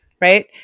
right